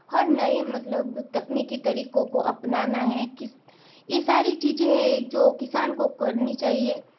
हर नए मतलब तकनीकी तरीक़ों को अपनाना है किसे ये सारी चीज़ें हैं एक जो किसान को करनी चाहिए